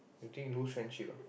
you think lose friendship ah